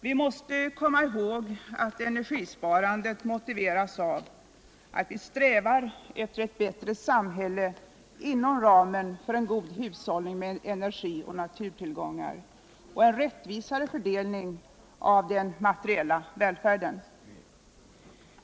Vi måste komma ihåg att energisparandet motiveras av att vi strävar efter ett bättre samhälle inom ramen för en god hushållning med energi och naturtillgångar och en rättvisare fördelning av den materiella välfärden.